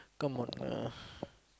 come on lah